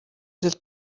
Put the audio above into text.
that